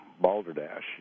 balderdash